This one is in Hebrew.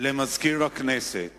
יושב-ראש הכנסת